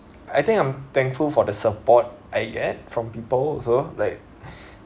I think I'm thankful for the support I get from people also like